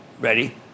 ready